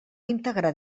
integrar